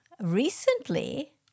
recently